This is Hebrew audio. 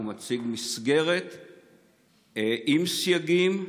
הוא מציג מסגרת עם סייגים,